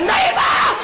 Neighbor